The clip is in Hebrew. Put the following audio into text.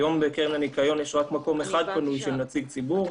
היום בקרן הניקיון יש רק מקום פנוי אחד לנציג ציבור.